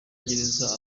gereza